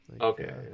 Okay